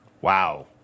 wow